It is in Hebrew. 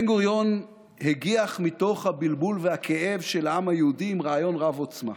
בן-גוריון הגיח מתוך הבלבול והכאב של העם היהודי עם רעיון רב-עוצמה.